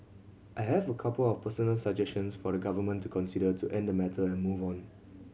I have a couple of personal suggestions for the Government to consider to end the matter and move on